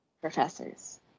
professors